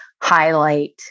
highlight